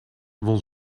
won